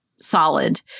solid